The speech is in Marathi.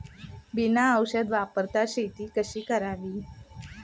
बिना औषध वापरता शेती कशी करावी?